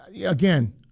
again